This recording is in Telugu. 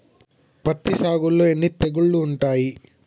పత్తి సాగులో ఎన్ని తెగుళ్లు ఉంటాయి?